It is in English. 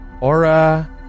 Aura